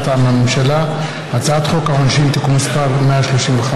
מטעם הממשלה: הצעת חוק העונשין (תיקון מס' 135)